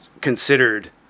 considered